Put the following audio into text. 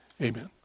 Amen